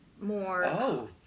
more